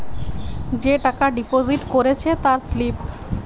যে টাকা ডিপোজিট করেছে তার স্লিপ